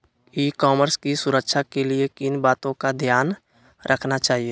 ई commerce की सुरक्षा के लिए किन बातों का ध्यान रखना चाहिए?